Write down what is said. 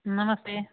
नमस्ते